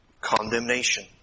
condemnation